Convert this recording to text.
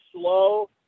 slow